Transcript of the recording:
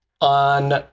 on